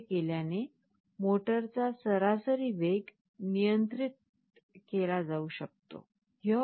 असे केल्याने मोटरचा सरासरी वेग नियंत्रित केला जाऊ शकतो